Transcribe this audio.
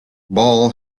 ball